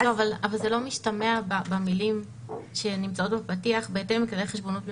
אבל זה לא משתמע במילים שנמצאות בפתיח בהתאם לכללי החשבונאות המקובלים.